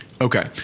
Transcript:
Okay